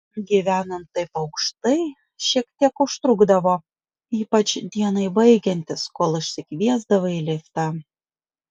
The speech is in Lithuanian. gyvenant taip aukštai šiek tiek užtrukdavo ypač dienai baigiantis kol išsikviesdavai liftą